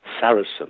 Saracen